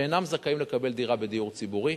שאינם זכאים לקבל דירה בדיור הציבורי.